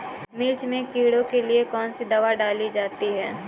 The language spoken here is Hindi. मिर्च में कीड़ों के लिए कौनसी दावा डाली जाती है?